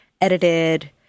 edited